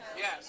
Yes